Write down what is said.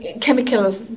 chemical